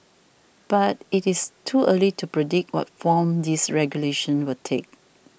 but it is too early to predict what form these regulations will take